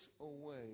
away